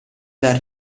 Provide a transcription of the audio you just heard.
dal